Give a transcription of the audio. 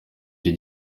iki